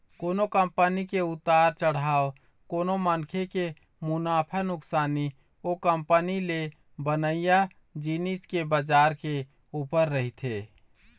कोनो कंपनी के उतार चढ़ाव कोनो मनखे के मुनाफा नुकसानी ओ कंपनी ले बनइया जिनिस के बजार के ऊपर रहिथे